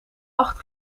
acht